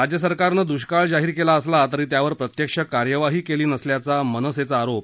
राज्यसरकारनं दुष्काळ जाहीर केला असला तरी त्यावर प्रत्यक्ष कार्यवाही केली नसल्याचा मनसेचा आरोप